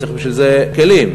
וצריך בשביל זה כלים.